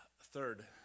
Third